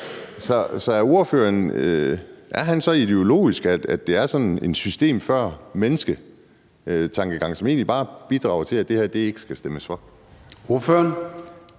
Er ordføreren så ideologisk, at det bare er sådan en system før menneske-tankegang, som egentlig bidrager til, at der ikke skal stemmes for det